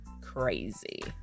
crazy